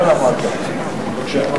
בבקשה.